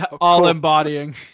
all-embodying